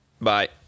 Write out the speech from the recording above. Bye